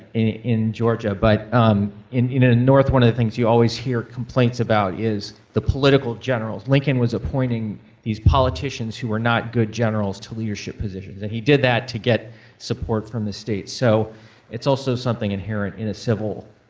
in georgia, but in the ah north one of the things you always hear complaints about is the political generals. lincoln was appointing these politicians who were not good generals to leadership positions. and he did that to get support from the states. so it's also something inherent in a civil